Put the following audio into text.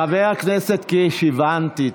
חבר הכנסת קיש, הבנתי.